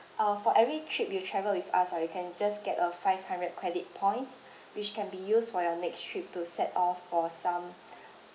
uh for every trip you travel with us uh you can just get a five hundred credit points which can be used for your next trip to set off for some